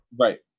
Right